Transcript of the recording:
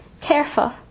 Careful